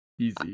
Easy